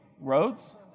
roads